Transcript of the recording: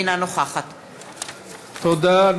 אינה נוכחת תודה.